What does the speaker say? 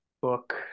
book